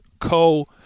co-